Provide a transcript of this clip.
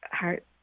heart